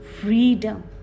Freedom